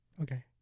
Okay